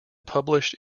published